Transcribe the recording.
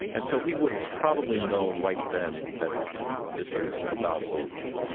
and so he would have probably known right then that this was about over.